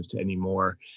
anymore